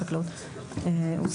החקלאות.